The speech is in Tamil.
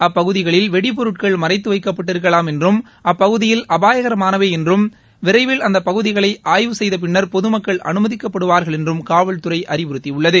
அப்பகுதிகளில் வெடிப்பொருட்கள் மறைத்து வைக்கப்பட்டிருக்கலாம் என்றும் அப்பகுதிகள் அபாயகரமானவை என்றும் விரைவில் அந்த பகுதிகளை ஆய்வு செய்த பின்னர் பொதுமக்கள் அனுமதிக்கப்படுவார்கள் என்றும் காவல்துறை அறிவுறுத்தியுள்ளது